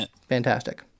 Fantastic